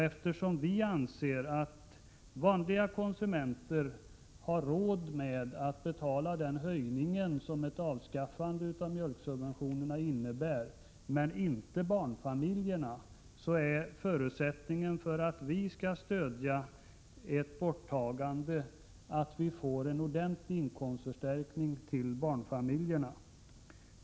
Eftersom vi anser att vanliga konsumenter har råd att betala den höjning som ett avskaffande av mjölksubventioner innebär, men inte barnfamiljerna, så är förutsättningen för att vi skall stödja ett borttagande av mjölksubventionerna att vi får en ordentlig inkomstförstärkning till barnfamiljerna.